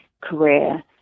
career